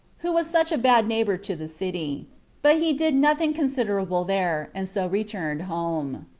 who was such a bad neighbor to the city but he did nothing considerable there, and so returned home.